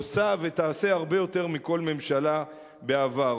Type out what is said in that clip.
עושה ותעשה הרבה יותר מכל ממשלה בעבר.